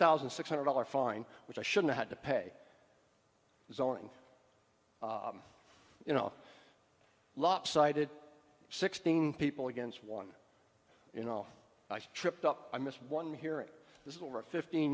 thousand six hundred dollars fine which i shouldn't have to pay is going you know lopsided sixteen people against one you know i tripped up i missed one here it is over a fifteen